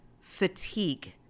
fatigue